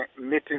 meeting